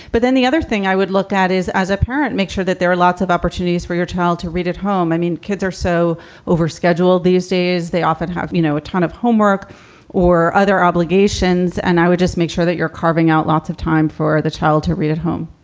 but then the other thing i would look at is as a parent, make sure that there are lots of opportunities for your child to read at home i mean, kids are so overscheduled these days, they often have, you know, a ton of homework or other obligations. and i would just make sure that you're carving out lots of time for the child to read at home